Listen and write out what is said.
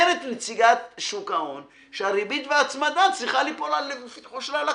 אומרת נציגת שוק ההון שהריבית וההצמדה צריכות ליפול על הלקוח